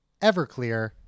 Everclear